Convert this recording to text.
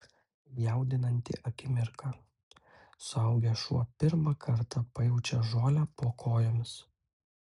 jaudinanti akimirka suaugęs šuo pirmą kartą pajaučia žolę po kojomis